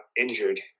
injured